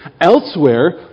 Elsewhere